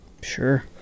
Sure